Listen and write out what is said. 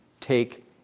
take